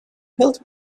health